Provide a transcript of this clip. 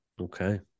Okay